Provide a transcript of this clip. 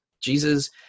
Jesus